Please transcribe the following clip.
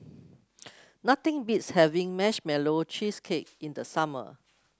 nothing beats having Marshmallow Cheesecake in the summer